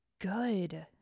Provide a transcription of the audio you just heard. good